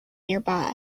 nearby